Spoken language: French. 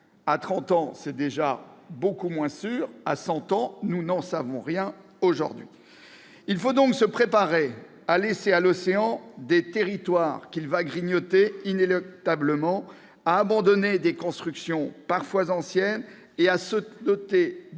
ans, c'est déjà beaucoup moins sûr ; à cent ans, nous n'en savons rien aujourd'hui ... Il faut donc se préparer à laisser à l'océan des territoires qu'il grignotera inéluctablement, à lui abandonner des constructions parfois anciennes, et à se doter d'outils